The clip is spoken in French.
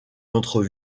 notre